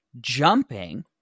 jumping